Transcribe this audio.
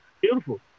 beautiful